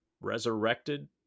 resurrected